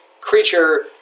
creature